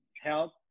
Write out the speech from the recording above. help